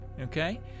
okay